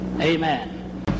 Amen